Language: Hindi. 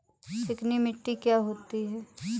चिकनी मिट्टी क्या होती है?